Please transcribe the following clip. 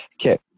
okay